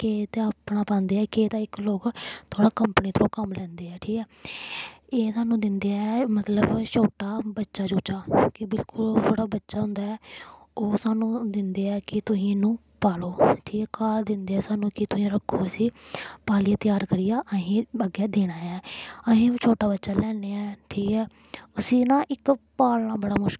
केईं ते अपना पांदे ऐ केईं तां इक लोक थोह्ड़ा कंपनी कोला कम्म लैंदे ऐ ठीक ऐ एह् सानूं दिंदे ऐ मतलब छोटा बच्चा चूचा कि बिल्कुल ओह् थोह्ड़ा बच्चा होंदा ऐ ओह् सानूं दिंदे ऐ कि तुही इन्नू पालो ठीक ऐ घर दिंदे ऐ सानूं कि तुही रक्खो इस्सी पालियै त्यार करियै असें गी अग्गें देना ऐ आही बी छोटा बच्चा लेआन्ने ऐं ठीक ऐ उस्सी ना इक पालना बड़ा मुश्किल ऐ